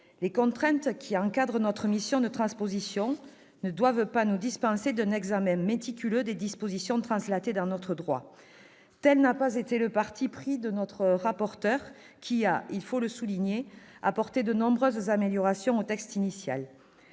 Les contraintes qui encadrent notre mission de transposition ne doivent pas nous dispenser d'un examen méticuleux des dispositions transposées dans notre droit. À cet égard, notre rapporteur a, il faut le souligner, apporté de nombreuses améliorations au texte initial.